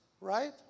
right